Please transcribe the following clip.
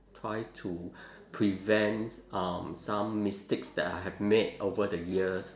try to prevent um some mistakes that I have made over the years